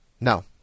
No